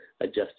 adjust